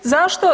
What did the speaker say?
Zašto?